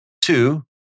two